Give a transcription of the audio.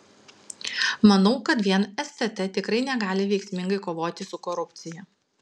manau kad vien stt tikrai negali veiksmingai kovoti su korupcija